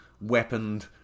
weaponed